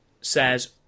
says